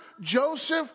Joseph